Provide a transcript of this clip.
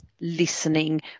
listening